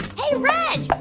hey, reg. i'm